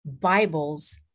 Bibles